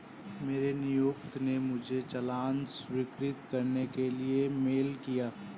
मेरे नियोक्ता ने मुझे चालान स्वीकृत करने के लिए मेल किया